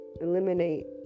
eliminate